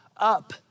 up